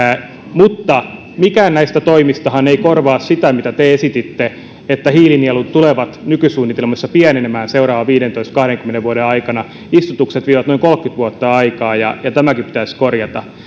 mutta mikään näistä toimistahan ei korvaa sitä mitä te esititte että hiilinielut tulevat nykysuunnitelmissa pienenemään seuraavien viidentoista viiva kahdenkymmenen vuoden aikana istutukset vievät noin kolmekymmentä vuotta aikaa ja ja tämäkin pitäisi korjata